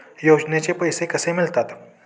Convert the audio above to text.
योजनेचे पैसे कसे मिळतात?